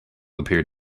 appeared